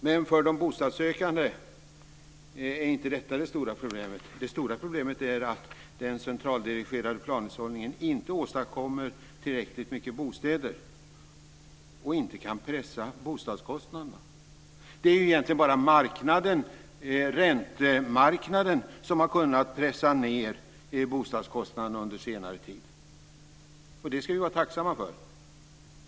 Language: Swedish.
Men för de bostadssökande är inte detta det stora problemet. Det stora problemet är att den centraldirigerade planhushållningen inte åstadkommer tillräckligt många bostäder och inte kan pressa bostadskostnaderna. Det är egentligen bara räntemarknaden som har kunnat pressa ned bostadskostnaderna under senare tid - och det ska vi vara tacksamma för.